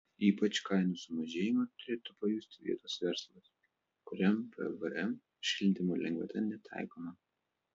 ypač kainų sumažėjimą turėtų pajusti vietos verslas kuriam pvm šildymo lengvata netaikoma